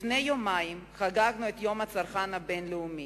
לפני יומיים חגגנו את יום הצרכן הבין-לאומי.